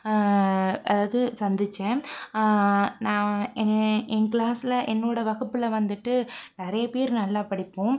அதாவது சந்திச்சேன் நா எங்க கிளாஸ்ல என்னோடய வகுப்பில் வந்துட்டு நிறைய பேர் நல்லா படிப்போம்